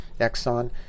Exxon